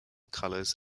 colors